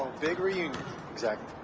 big reunion. exactly.